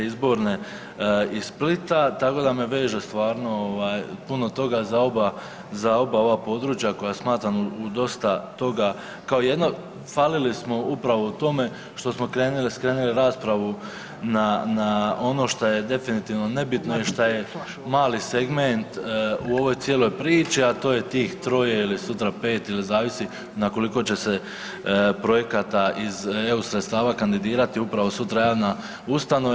Izborne iz Splita, tako da me veže stvarno puno toga za oba ova područja koja smatram u dosta toga kao jedno, falili smo upravo u tome što smo skrenuli raspravu na ono što je definitivno nebitno i što je mali segment u ovoj cijeloj priči, a to je tih troje ili sutra pet ili zavisi na koliko će se projekata iz EU sredstava kandidirati upravo sutra javna ustanova.